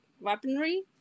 weaponry